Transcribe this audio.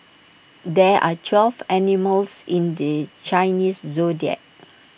there are twelve animals in the Chinese Zodiac